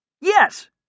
Yes